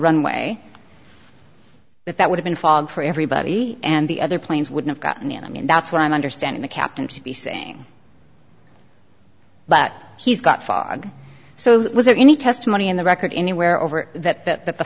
runway that that would have been fog for everybody and the other planes would have gotten in i mean that's what i'm understanding the captain to be saying but he's got fog so it was there any testimony in the record anywhere over that that that the